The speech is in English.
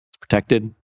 protected